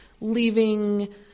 leaving